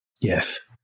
Yes